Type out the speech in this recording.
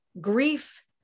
grief